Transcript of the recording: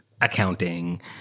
accounting